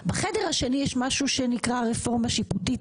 בחדר השני יש מה שנקרא רפורמה שיפוטית,